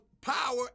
power